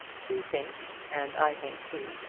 she thinks, and i think too,